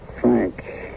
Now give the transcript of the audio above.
Frank